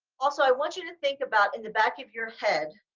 also i want you to think about in the back of your head